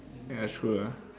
ya it's true ah